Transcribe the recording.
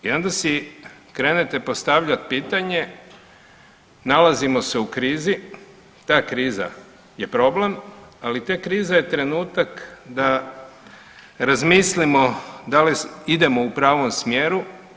I onda si krenete postavljat pitanje, nalazimo se u krizi, ta kriza je problem, ali ta kriza je trenutak da razmislimo da li idemo u pravom smjeru.